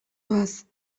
doaz